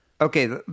Okay